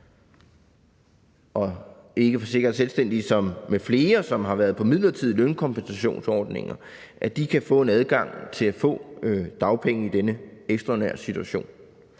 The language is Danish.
at ikkeforsikrede selvstændige m.fl., som har været på midlertidige lønkompensationordninger, kan få adgang til at få dagpenge i denne ekstraordinære situation.